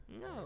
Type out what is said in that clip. no